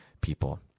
people